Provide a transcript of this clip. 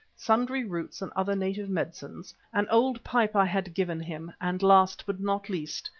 sundry roots and other native medicines, an old pipe i had given him, and last but not least,